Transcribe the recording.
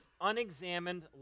unexamined